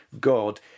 God